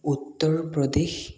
Uttar Pradesh